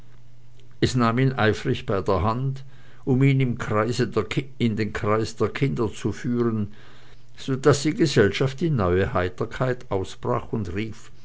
es nahm ihn eifrig bei der hand um ihn in den kreis der kinder zu führen so daß die gesellschaft in neue heiterkeit ausbrach und rief